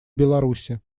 беларуси